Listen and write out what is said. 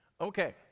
okay